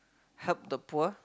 help the poor